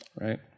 right